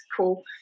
cool